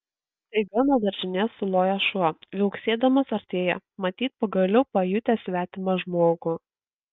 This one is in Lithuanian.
staiga nuo daržinės suloja šuo viauksėdamas artėja matyt pagaliau pajutęs svetimą žmogų